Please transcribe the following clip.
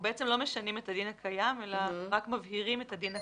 אנחנו בעצם לא משנים את הדין הקיים אלא רק מבהירים את הדין הקיים.